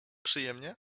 przyjemnie